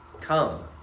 Come